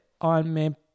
Ironman